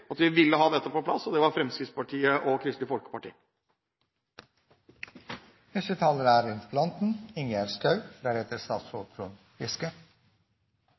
at vi ville ha dette på plass, og det var Fremskrittspartiet og Kristelig